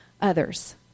others